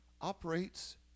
operates